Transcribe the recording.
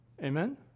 Amen